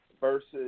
versus